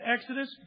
Exodus